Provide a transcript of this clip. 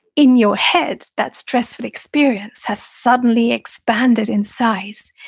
in your head, that stressful experience has suddenly expanded in size.